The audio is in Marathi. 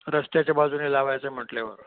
रस्त्याच्या बाजूने लावायचं आहे म्हटल्यावर